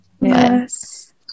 Yes